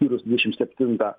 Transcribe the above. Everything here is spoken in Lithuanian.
kyrus dvidešim septintą